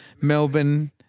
Melbourne